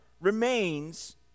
remains